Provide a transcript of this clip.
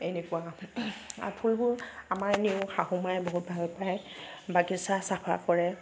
এনেকুৱা ফুলবোৰ আমাৰ এনেও শাহু মায়ে বহুত ভাল পায় বাগিছা চাফা কৰে